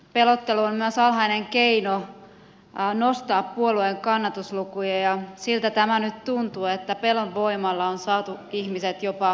pelottelu on myös alhainen keino nostaa puolueen kannatuslukuja ja siltä tämä nyt tuntuu että pelon voimalla on saatu ihmiset jopa mielenosoituksiin